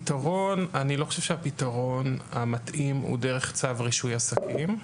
אני לא חושב שהפיתרון המתאים הוא דרך צו רישוי עסקים.